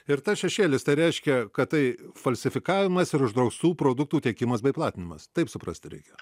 ir tas šešėlis tai reiškia kad tai falsifikavimas ir uždraustų produktų tiekimas bei platinimas taip suprasti reikia